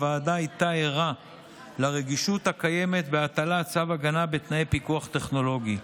הוועדה הייתה ערה לרגישות הקיימת בהטלת צו הגנה בתנאי פיקוח טכנולוגי.